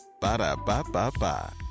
Ba-da-ba-ba-ba